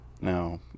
Now